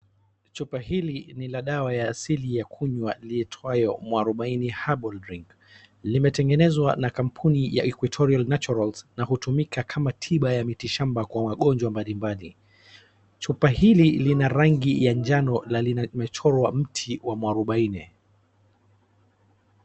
Chupa hili ni la dawa ya asili ya kunywa iitwayo Muarubaini Herbal Drink. Limetegenezwa na kampuni ya Equatorial Naturals na hutumika kama tiba ya miti shamba kwa wagonjwa mbalimbali. Chupa hili lina rangi ya njano na limechorwa mti wa muarubaini.